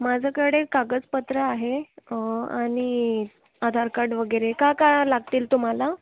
माझ्याकडे कागदपत्र आहे आणि आधार कार्ड वगैरे काय काय लागतील तुम्हाला